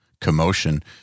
commotion